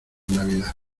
navidad